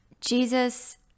Jesus